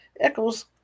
echoes